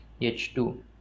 H2